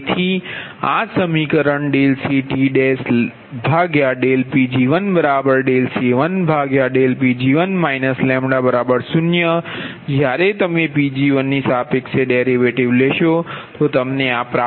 તેથી આ સમીકરણ dCTdPg1dC1dPg1 λ0 જ્યારે તમે Pg1 ની સાપેક્ષે ડેરિવેટિવ લેશો તો તમને મળશે